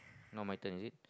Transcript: now my turn is it